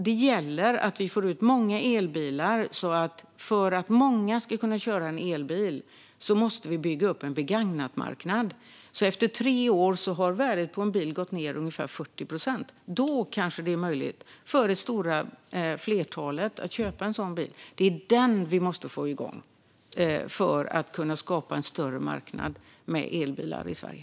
Det gäller att vi får ut många elbilar, för om många ska kunna köra elbil måste vi bygga upp en begagnatmarknad. Efter tre år har värdet på en bil gått ned med ungefär 40 procent. Då kanske det är möjligt för det stora flertalet att köpa en sådan bil. Det är detta vi måste få igång för att skapa en större marknad med elbilar i Sverige.